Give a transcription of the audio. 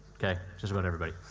okay. just about everybody.